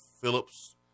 Phillips